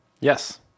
Yes